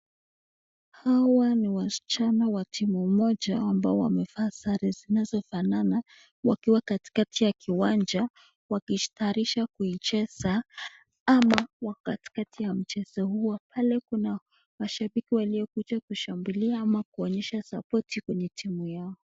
Hawa ni waschana wa timu moja ambao wamevaa sare zinazofanana wakiwa katikati ya kiwanja wakijitayarisha kuicheza ama kuwa katikati ya mchezo huo, pale kuna washabiki waliokuja kushambulia ama kuonyesha sapoti kwenye timu yao.